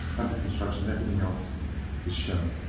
under construction. everything else is shown.